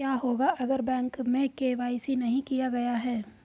क्या होगा अगर बैंक खाते में के.वाई.सी नहीं किया गया है?